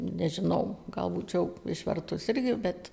nežinau gal būčiau išvertusi irgi bet